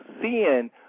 seeing